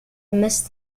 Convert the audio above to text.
amidst